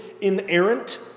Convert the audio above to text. inerrant